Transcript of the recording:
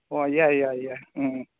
ꯍꯣꯏ ꯌꯥꯏ ꯌꯥꯏ ꯌꯥꯏ ꯎꯝ